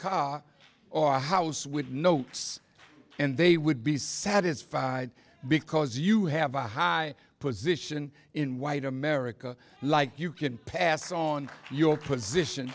car or a house with no us and they would be satisfied because you have a high position in white america like you can pass on your position